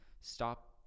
stop